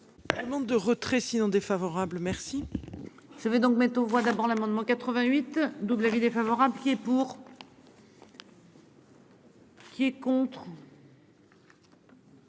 Demande de retrait sinon défavorable. Merci. Je vais donc mettre aux voix d'abord l'amendement 88 d'avis défavorable pied pour. Qui est contre.